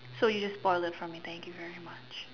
so you just spoil it for me thank you very much